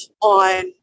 on